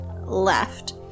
left